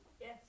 Yes